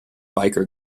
biker